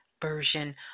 version